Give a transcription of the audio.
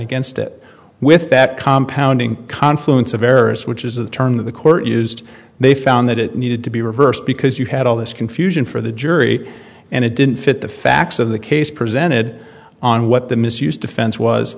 against it with that compound ing confluence of errors which is the turn that the court used they found that it needed to be reversed because you had all this confusion for the jury and it didn't fit the facts of the case presented on what the misused defense was